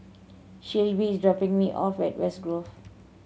Shelbi dropping me off at West Grove